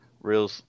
Real